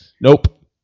Nope